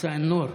מסא א-נור.